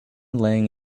laying